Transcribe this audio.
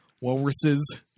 walruses